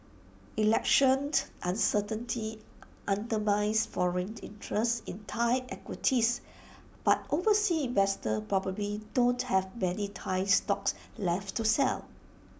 election uncertainty undermines foreign interest in Thai equities but overseas investors probably don't have many Thai stocks left to sell